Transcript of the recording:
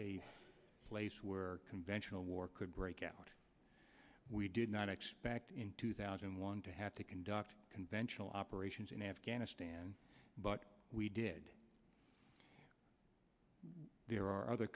a place where conventional war could break out we did not expect in two thousand and one to have to conduct conventional operations in afghanistan but we did there are other